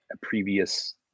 previous